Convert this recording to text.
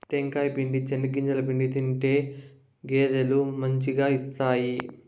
టెంకాయ పిండి, చెనిగింజల పిండి తింటే గేదెలు మంచిగా ఇస్తాయి